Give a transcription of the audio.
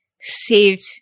saved